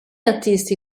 artisti